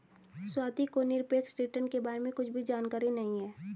स्वाति को निरपेक्ष रिटर्न के बारे में कुछ भी जानकारी नहीं है